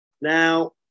Now